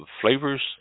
flavors